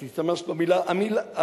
את השתמשת במלה "הלימה".